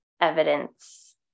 evidence